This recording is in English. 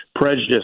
prejudice